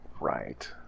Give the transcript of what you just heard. right